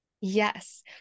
Yes